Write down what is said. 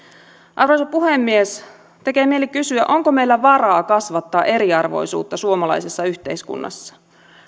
arvoisa puhemies tekee mieli kysyä onko meillä varaa kasvattaa eriarvoisuutta suomalaisessa yhteiskunnassa